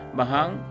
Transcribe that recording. Bahang